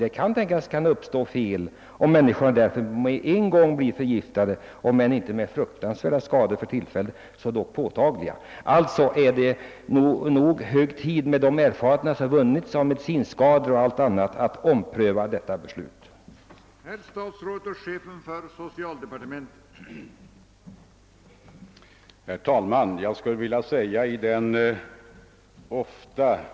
Det kan tänkas uppstå fel, så att många människor blir förgiftade på en gång, om inte med fruktansvärda skador som följd för tillfället så dock med påtagliga verkningar. Med tanke på de erfarenheter vi har vunnnit av medicinskador o.d. är det nog hög tid att ompröva beslutet om vattenfluoridering.